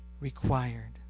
required